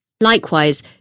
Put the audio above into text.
Likewise